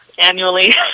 annually